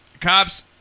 Cops